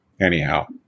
Anyhow